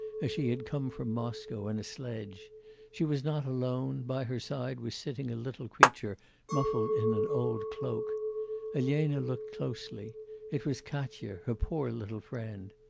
as she had come from moscow, in a sledge she was not alone by her side was sitting a little creature muffled in an old cloak elena looked closely it was katya, her poor little friend.